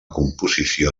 composició